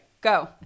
go